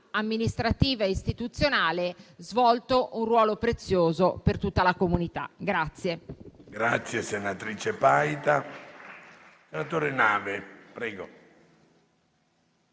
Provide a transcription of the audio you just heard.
amministrativa e istituzionale, svolto un ruolo prezioso per tutta la comunità.